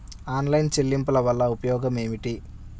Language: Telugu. ఆన్లైన్ చెల్లింపుల వల్ల ఉపయోగమేమిటీ?